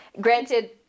granted